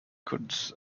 could